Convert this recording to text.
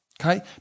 Okay